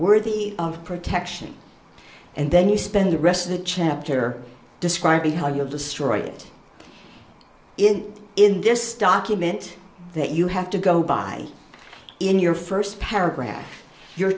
worthy of protection and then you spend the rest of the chapter describing how you have destroyed it it in this document that you have to go by in your first paragraph you're